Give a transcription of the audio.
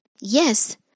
Yes